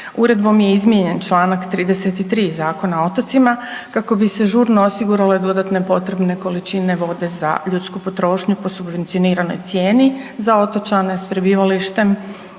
Uredbom je izmijenjen čl. 33. Zakona o otocima kako bi se žurno osigurale dodatne potrebne količine vode za ljudsku potrošnju po subvencioniranoj cijeni za otočane s prebivalištem